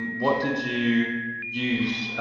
and what did you use,